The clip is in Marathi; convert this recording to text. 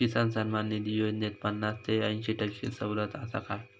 किसान सन्मान निधी योजनेत पन्नास ते अंयशी टक्के सवलत आसा काय?